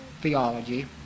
theology